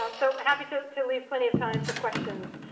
um so happy to to leave plenty of time for questions.